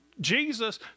Jesus